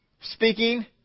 speaking